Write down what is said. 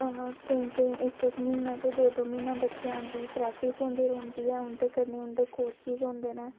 केईं केई इक इक म्हीना ते दो दो म्हीना बच्चें आंदी प्रैक्टिस होंदी रौंह्दी ऐ उं'दे कन्नै उं'दे कोचिस होंदे न